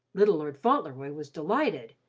little lord fauntleroy was delighted.